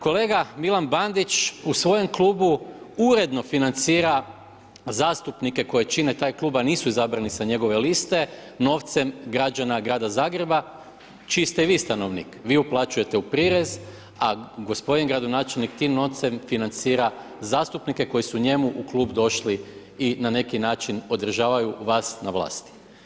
Kolega Milan Bandić u svojem klubu uredno financira zastupnike koji čine taj klub a nisu izabrani sa njegove liste novcem građana grada Zagreba čiji ste i vi stanovnik, vi uplaćujete u prirez a gospodin gradonačelnik tim novcem financira zastupnike koji su njemu u klub došli i na neki način održavaju vas na vlasti.